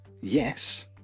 Yes